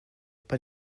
pas